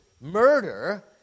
murder